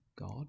God